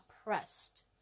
oppressed